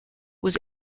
was